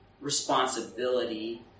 responsibility